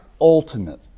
ultimate